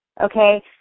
Okay